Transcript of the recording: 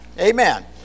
Amen